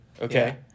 Okay